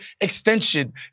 extension